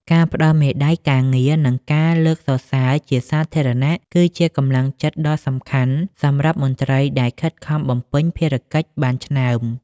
ការផ្តល់មេដាយការងារ និងការលើកសរសើរជាសាធារណៈ គឺជាកម្លាំងចិត្តដ៏សំខាន់សម្រាប់មន្ត្រីដែលខិតខំបំពេញភារកិច្ចបានឆ្នើម។